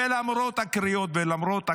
למרות הקריאות ולמרות הקולות,